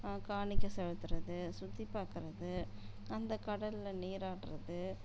காணிக்கை செலுத்துறது சுற்றி பார்க்கறது அந்த கடலில் நீராடுறது